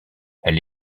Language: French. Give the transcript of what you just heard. elle